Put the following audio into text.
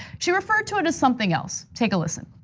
she referred to it as something else, take a listen.